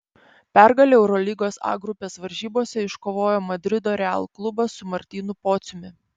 pergalę eurolygos a grupės varžybose iškovojo madrido real klubas su martynu pociumi